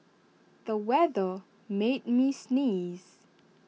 the weather made me sneeze